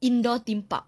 indoor theme park